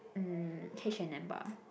hmm H and M bah